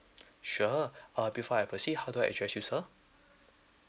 sure uh before I proceed how do I address you sir